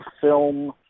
film